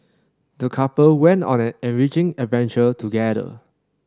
the couple went on an enriching adventure together